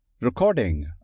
Recording